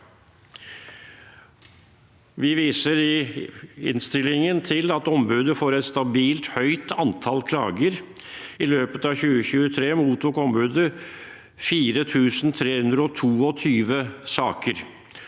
Vi viser i innstillingen til at ombudet får et stabilt høyt antall klager. I løpet av 2023 mottok ombudet 4 322 saker,